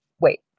wait